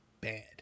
bad